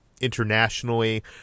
internationally